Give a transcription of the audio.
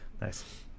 Nice